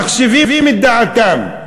שמחשיבים את דעתם,